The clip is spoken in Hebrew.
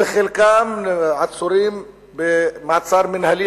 וחלקם עצורים במעצר מינהלי,